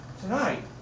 tonight